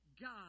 God